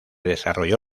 desarrolló